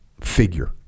figure